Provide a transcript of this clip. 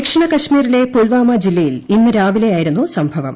ദക്ഷിണ കശ്മീരിലെ പുൽവാമ ജില്ലയിൽ ഇന്ന് രാവിലെയായിരുന്നു സംഭവം